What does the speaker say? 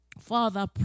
Father